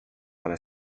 ale